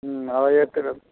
হুম আড়াই হাজার টাকা